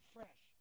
Fresh